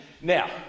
Now